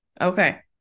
Okay